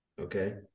Okay